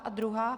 A druhá.